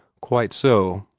quite so,